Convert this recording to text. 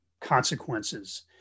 consequences